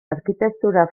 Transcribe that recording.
arkitektura